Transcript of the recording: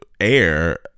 air